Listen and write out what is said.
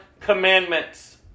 commandments